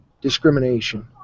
discrimination